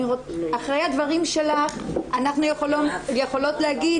אחרי הדברים שלך אנחנו יכולות להגיד